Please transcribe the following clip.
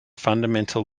fundamental